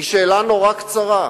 זו שאלה מאוד קצרה: